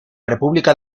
república